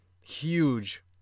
huge